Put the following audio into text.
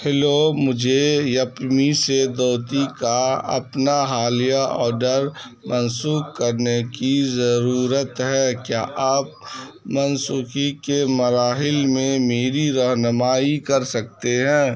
hello مجھے یپمی سے دھوتی کا اپنا حالیہ آرڈر منسوخ کرنے کی ضرورت ہے کیا آپ منسوخی کے مراحل میں میری رہنمائی کر سکتے ہیں